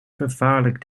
vervaarlijk